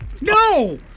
No